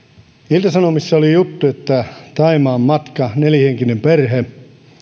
ilta sanomissa oli juttu että thaimaan matka kun on nelihenkinen perhe aiheuttaa